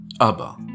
Abba